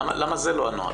למה זה לא הנוהל?